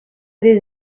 des